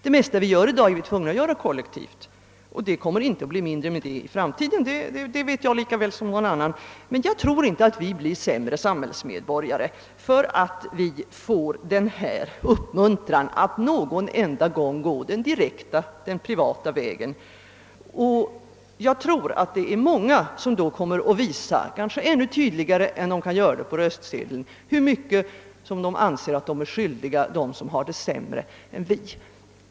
Det mesta vi gör i dag är vi tvungna att göra kollektivt, och det kommer inte att bli mindre i framtiden — det vet jag lika väl som någon annan — men jag tror inte vi blir sämre samhällsmedborgare för att vi får denna uppmuntran att någon enda gång gå den direkta, privata vägen. Jag tror det är många som då kommer att visa, kanske ännu tydligare än de kan göra med röstsedeln, hur mycket de anser att de är skyldiga dem som har det sämre än vi.